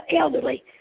elderly